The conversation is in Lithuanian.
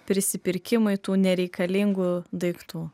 prisipirkimui tų nereikalingų daiktų